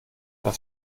das